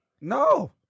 No